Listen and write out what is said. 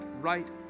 right